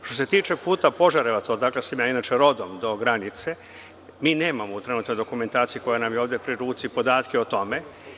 Što se tiče puta Požarevac, odakle sam ja inače rodom, do granice, mi nemamo trenutno dokumentaciju koja nam je ovde pri ruci, podatke o tome.